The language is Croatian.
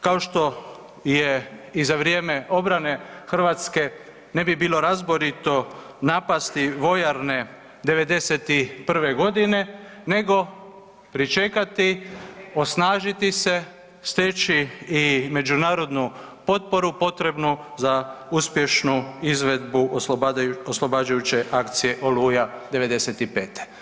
Kao što je i za vrijeme obrane Hrvatske, ne bi bilo razborito napasti vojarne '91. g. nego pričekati, osnažiti se, steći i međunarodnu potporu potrebnu za uspješnu izvedbu oslobađajuće akcije Oluja '95.